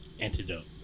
antidote